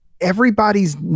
everybody's